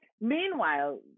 Meanwhile